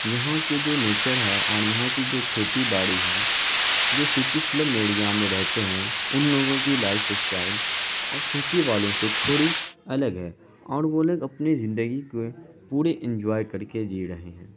یہاں جو نیچر ہے اور یہاں کی جو کھیتی باڑی ہے جو سٹی سلم ایریا میں رہتے ہیں ان لوگوں کی لائف اسٹائل اور سٹی والوں سے تھوڑی الگ ہے اور وہ لوگ اپنی زندگی کو پورے انجوائے کرکے جی رہے ہیں